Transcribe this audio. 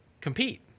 compete